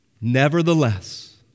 Nevertheless